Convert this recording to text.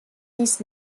dies